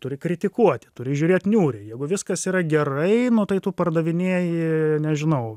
turi kritikuoti turi žiūrėt niūriai jeigu viskas yra gerai tai tu pardavinėji nežinau